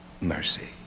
Mercy